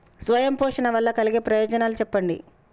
స్వయం పోషణ వల్ల కలిగే ప్రయోజనాలు చెప్పండి?